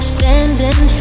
Standing